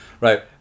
Right